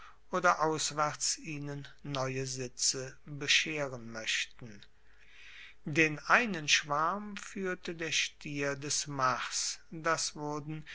oder auswaerts ihnen neue sitze bescheren moechten den einen schwarm fuehrte der stier des mars das wurden